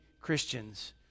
christians